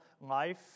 life